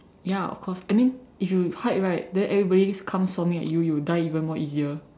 ya of cause I mean if you hide right then everybody just come storming at you you'll die even more easier